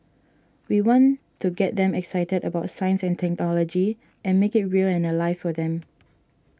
we want to get them excited about science and technology and make it real and alive for them